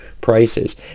prices